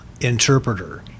interpreter